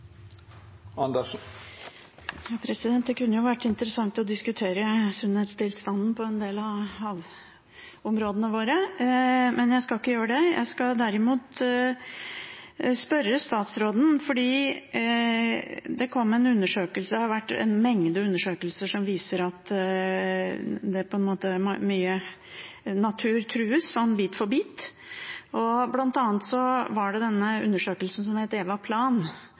Det kunne vært interessant å diskutere sunnhetstilstanden for en del av havområdene våre, men jeg skal ikke gjøre det. Jeg skal derimot spørre statsråden om noe annet. Det har vært en mengde undersøkelser som viser at det er mye natur som trues, bit for bit. Blant annet kom undersøkelsen som het EVAPLAN, som vi fremdeles venter på oppfølging av. Noe av det den slo fast, var at det